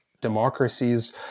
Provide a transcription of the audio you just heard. democracies